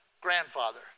grandfather